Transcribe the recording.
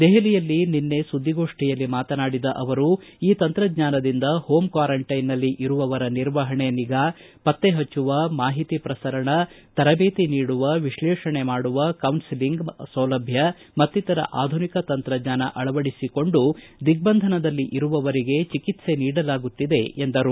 ದೆಹಲಿಯಲ್ಲಿ ನಿನ್ನೆ ಸುದ್ದಿಗೋಷ್ಠಿಯಲ್ಲಿ ಮಾತನಾಡಿದ ಅವರು ಈ ತಂತ್ರಜ್ಞಾನದಿಂದ ಹೋಮ್ ಕ್ವಾರಂಟೈನ್ಲ್ಲಿ ಇರುವವರ ನಿರ್ವಹಣೆ ನಿಗಾ ಪತ್ತೆ ಹಚ್ಚುವ ಮಾಹಿತಿ ಪ್ರಸರಣ ತರಬೇತಿ ನೀಡುವ ವಿಶ್ಲೇಷಣೆ ಮಾಡುವ ಕೌನ್ಸಲಿಂಗ್ ಸೌಲಭ್ಣ ಮತ್ತಿತರ ಆಧುನಿಕ ತಂತ್ರಜ್ಞಾನ ಅಳವಡಿಸಿಕೊಂಡು ದಿಗ್ಬಂಧನದಲ್ಲಿ ಇರುವವರಿಗೆ ಚಿಕಿತ್ಸೆ ನೀಡಲಾಗುತ್ತಿದೆ ಎಂದರು